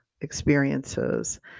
experiences